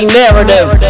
narrative